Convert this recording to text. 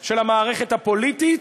של המערכת הפוליטית,